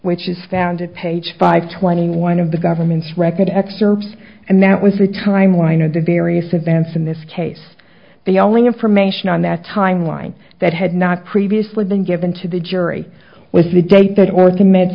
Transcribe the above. which is founded page five twenty one of the government's record excerpts and that was the crime weiner the various events in this case the only information on that timeline that had not previously been given to the jury was the date that or